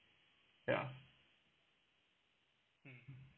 ya mmhmm